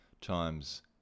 times